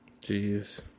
Jeez